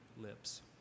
lips